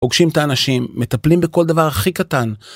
פוגשים את האנשים, מטפלים בכל דבר הכי קטן.